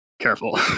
careful